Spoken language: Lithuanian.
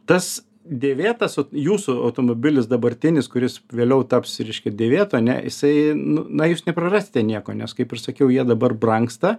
tas dėvėtas vat jūsų automobilis dabartinis kuris vėliau taps reiškia dėvėtu ane jisai nu na jūs neprarasite nieko nes kaip ir sakiau jie dabar brangsta